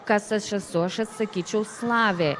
kas aš esu aš atsakyčiau slavė